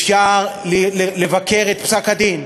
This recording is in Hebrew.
אפשר לבקר את פסק-הדין.